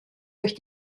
durch